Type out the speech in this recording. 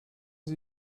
sie